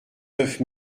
neuf